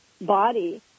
body